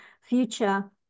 future